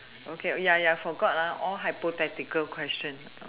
okay ya ya ya forgot all hypothetical question